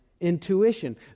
intuition